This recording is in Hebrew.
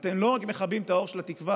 ואתם לא רק מכבים את האור של התקווה,